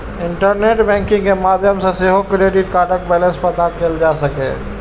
internet banking के माध्यम सं सेहो क्रेडिट कार्डक बैलेंस पता कैल जा सकैए